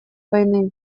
войны